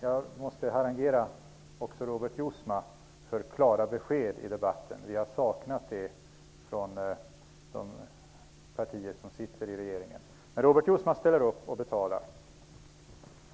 Jag måste harangera också Robert Jousma för klara besked i debatten. Vi har saknat det från de partier som sitter i regeringen. Men Robert Jousma ställer upp och betalar.